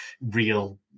real